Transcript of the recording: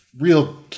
real